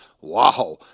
Wow